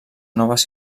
noves